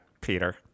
Peter